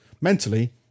mentally